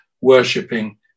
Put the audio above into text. worshipping